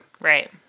Right